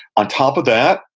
on top of that,